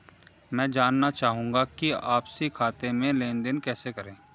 मैं जानना चाहूँगा कि आपसी खाते में लेनदेन कैसे करें?